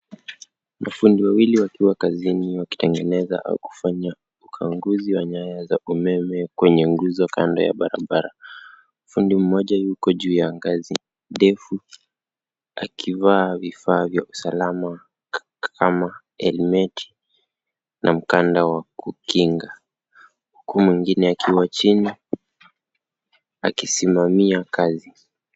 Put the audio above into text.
Mafundi wawili wakiwa kazini wakitengeneza au kufanya ukaguzi wa nyaya za umeme kwenye nguzo kando ya barabara. Fundi mmoja yuko juu ya ngazi ndefu akivaa vifaa vya usalama kama helmeti na mkanda wa kukinga huku mwingine akiwa chini akisimamia kazi.